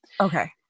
Okay